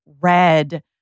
red